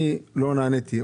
אני לא נעניתי.